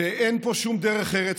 ואין פה שום דרך ארץ,